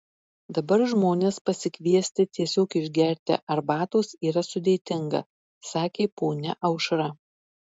dabar žmones pasikviesti tiesiog išgerti arbatos yra sudėtinga sakė ponia aušra